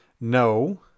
no